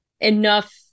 enough